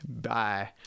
Bye